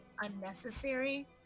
unnecessary